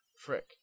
Frick